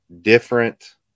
different